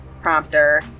prompter